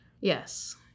Yes